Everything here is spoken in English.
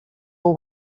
will